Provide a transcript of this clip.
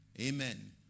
amen